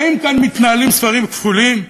האם כאן מתנהלים ספרים כפולים?